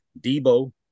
Debo